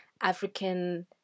African